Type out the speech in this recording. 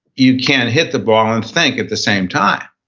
you can't hit the ball and think at the same time.